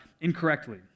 incorrectly